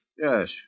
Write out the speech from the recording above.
Yes